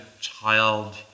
child